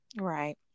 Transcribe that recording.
right